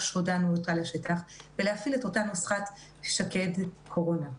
הודענו עליה לשטח ולהפעיל את אותה נוסחת שק"ד קורונה.